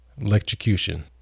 Electrocution